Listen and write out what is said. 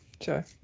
sure